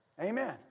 Amen